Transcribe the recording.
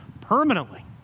permanently